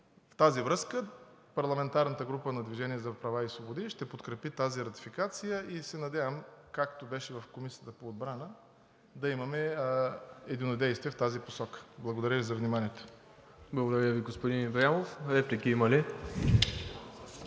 В тази връзка парламентарната група на „Движение за права и свободи“ ще подкрепи тази ратификация и се надявам, както беше в Комисията по отбрана, да имаме единодействие в тази посока. Благодаря Ви за вниманието. ПРЕДСЕДАТЕЛ МИРОСЛАВ ИВАНОВ: Благодаря Ви, господин Ибрямов. Реплики има ли?